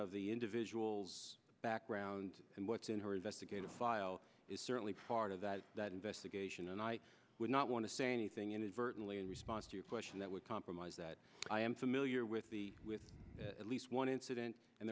of the individual's background and what's in her investigative file is certainly part of that that investigation and i would not want to say anything inadvertently in response to a question that would compromise that i am familiar with the with at least one incident and